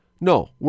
no